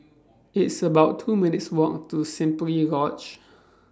It's about two minutes' Walk to Simply Lodge